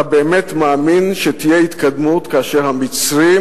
אתה באמת מאמין שתהיה התקדמות כאשר המצרים